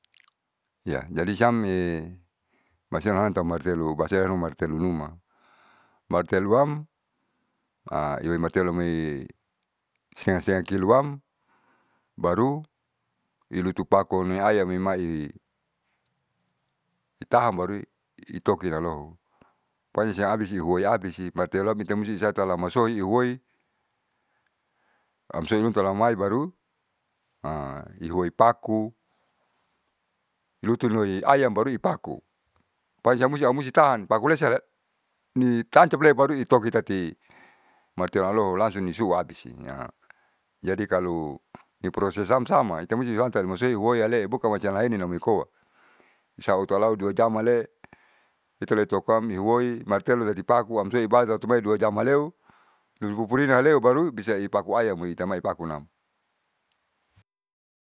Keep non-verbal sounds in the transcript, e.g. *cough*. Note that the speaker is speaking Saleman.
Ya jadi siam e basean martelu baseanu martelu numa marteluam *hesitation* ihuimarteluai stengah stengah kiloam baru iulutupaku ne ayamemai itaam baru i itokia loho pokonya sg abisi huoi abisi marteluam itu musih esa alamasohi ansoihun alamai baru *hesitation* uhoipaku lutunloi ayan baru i paku pas siam musti au musti tahan paku lesa ni tancaple baru i toki tati marteluamloho langsung nisu'u abisi jadi kalu ni prosesam sama ha itamusti lancarimasehu hoiale mukamacam laenin amoikoa saoloto alau dua jam ale hituletuaukam nihoui martelu ledipakuam soibaja untung bae dua jam haleu tulupupurina baru bisa i paku ayam amoitamai i pakunam.